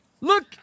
look